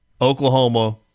Oklahoma